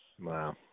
Wow